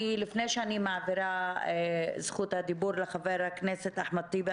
לפני שאני מעבירה את זכות הדיבור לחבר הכנסת אחמד טיבי,